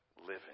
living